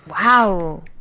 Wow